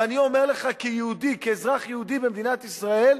ואני אומר לך כיהודי, כאזרח יהודי במדינת ישראל: